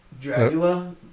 Dracula